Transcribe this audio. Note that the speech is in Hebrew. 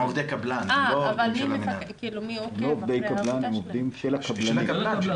הם עובדי קבלן, הם לא עובדים של המינהל.